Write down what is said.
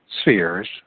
spheres